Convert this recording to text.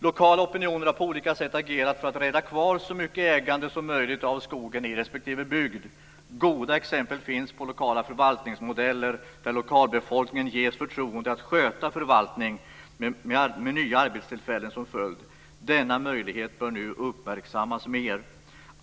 Lokala opinioner har på olika sätt agerat för att rädda kvar så mycket ägande som möjligt av skogen i respektive bygd. Goda exempel finns på lokala förvaltningsmodeller, där lokalbefolkningen ges förtroende att sköta förvaltningen med nya arbetstillfällen som följd. Denna möjlighet bör nu uppmärksammas mer.